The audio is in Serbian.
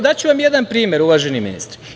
Daću vam jedan primer, uvaženi ministre.